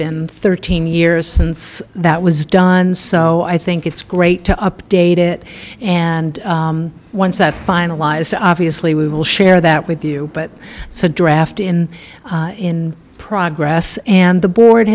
been thirteen years since that was done so i think it's great to update it and once that finalized obviously we will share that with you but so draft in in progress and the board